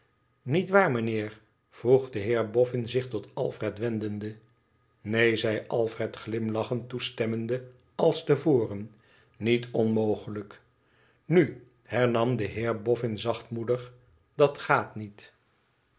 niet waar mijnheer vroeg de heer bofhn zich tot alfred wendende neen zei alfred glimlachend toestemmende als te voren niet onmogelijk nu hernam de heer boffin zachtmoedig dat gaat niet